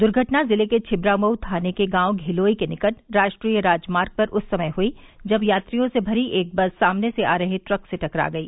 दुर्घटना जिले के छिबरामऊ थाने के गांव धिलोई के निकट राष्ट्रीय राजमार्ग पर उस समय हुई जब यात्रियों से भरी एक बस सामने से आ रहे ट्रक से टकरा गई